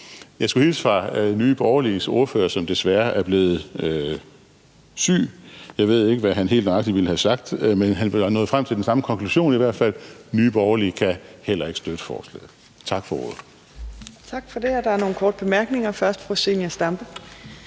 Jeg skulle hilse fra Nye Borgerliges ordfører, som desværre er blevet syg. Jeg ved ikke, hvad han helt nøjagtig ville have sagt, men han nåede i hvert fald frem til den samme konklusion: Nye Borgerlige kan heller ikke støtte forslaget. Tak for ordet. Kl. 19:02 Fjerde næstformand (Trine Torp): Tak for det.